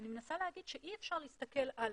אני מנסה להגיד שאי-אפשר להסתכל על: